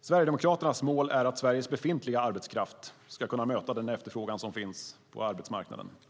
Sverigedemokraternas mål är att Sveriges befintliga arbetskraft ska kunna möta den efterfrågan som finns på arbetsmarknaden.